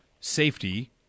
safety